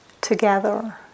together